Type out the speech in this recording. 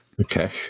Okay